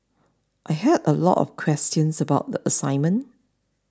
I had a lot of questions about the assignment